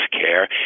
care